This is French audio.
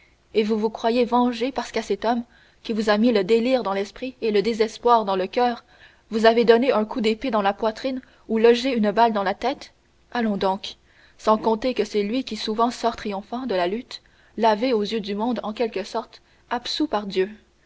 et vous vous croyez vengé parce qu'à cet homme qui vous a mis le délire dans l'esprit et le désespoir dans le coeur vous avez donné un coup d'épée dans la poitrine ou logé une balle dans la tête allons donc sans compter que c'est lui qui souvent sort triomphant de la lutte lavé aux yeux du monde et en quelque sorte absous par dieu